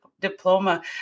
diploma